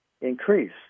Increase